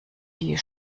die